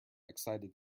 excited